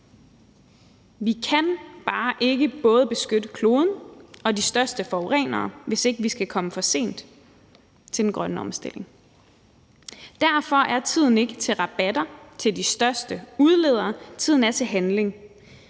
Vi kan bare ikke beskytte både kloden og de største forurenere, hvis ikke vi skal komme for sent til den grønne omstilling. Derfor er tiden ikke til rabatter til de største udledere; tiden er til handling.